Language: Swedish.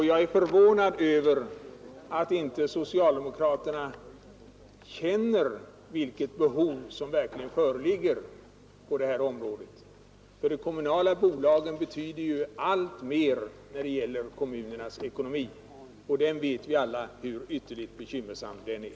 Jag är förvånad över att inte socialdemokraterna känner vilket behov av ökad insyn som verkligen föreligger på detta område. De kommunala bolagen betyder ju alltmer för kommunernas ekonomi, och vi vet alla hur ytterligt bekymmersam denna är.